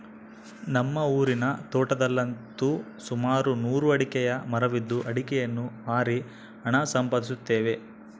ನಮ್ಮ ಊರಿನ ತೋಟದಲ್ಲಂತು ಸುಮಾರು ನೂರು ಅಡಿಕೆಯ ಮರವಿದ್ದು ಅಡಿಕೆಯನ್ನು ಮಾರಿ ಹಣ ಸಂಪಾದಿಸುತ್ತೇವೆ